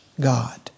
God